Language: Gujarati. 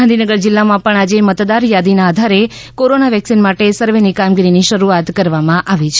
ગાંધીનગર જિલ્લામાં આજે મતદાર યાદીનાં આધારે કોરોના વેક્સિન માટે સર્વેની કામગીરીની શરૂઆત કરવામાં આવી છે